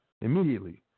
Immediately